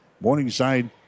Morningside